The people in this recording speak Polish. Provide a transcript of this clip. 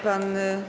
Pan.